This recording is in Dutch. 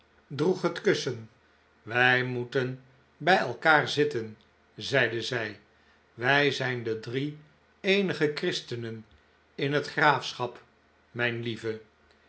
droeg het kussen wij moeten bij elkaar zitten zeide zij wij zijn de drie eenige christenen in het graafschap mijn lieve